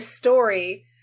story